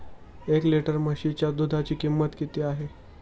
एक लिटर म्हशीच्या दुधाची किंमत किती आहे?